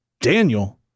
Daniel